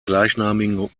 gleichnamigen